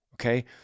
okay